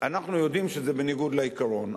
אנחנו יודעים שזה בניגוד לעיקרון.